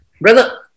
Brother